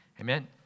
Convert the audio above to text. Amen